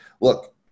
Look